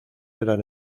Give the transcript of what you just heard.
eran